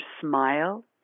smile